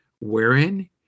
wherein